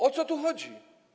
O co tu chodzi?